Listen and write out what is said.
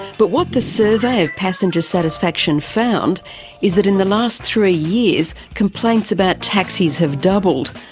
but what the survey of passenger satisfaction found is that in the last three years complaints about taxis have doubled,